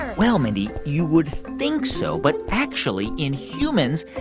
ah well, mindy, you would think so, but actually in humans,